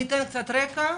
אתן רקע,